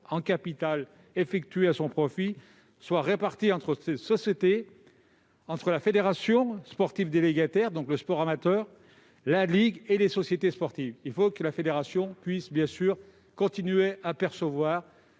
en capital effectués à son profit, soient répartis entre cette société, la fédération sportive délégataire, c'est-à-dire le sport amateur, la ligue et les sociétés sportives. Il faut que la fédération puisse continuer à percevoir